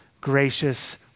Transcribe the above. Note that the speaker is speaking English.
gracious